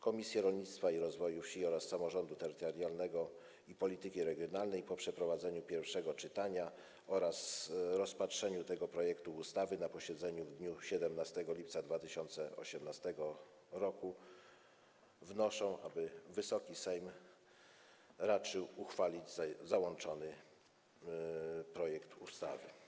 Komisja Rolnictwa i Rozwoju Wsi oraz Komisja Samorządu Terytorialnego i Polityki Regionalnej po przeprowadzeniu pierwszego czytania oraz rozpatrzeniu tego projektu ustawy na posiedzeniu w dniu 17 lipca 2018 r. wnoszą, aby Wysoki Sejm raczył uchwalić załączony projekt ustawy.